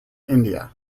india